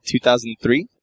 2003